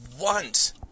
want